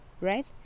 right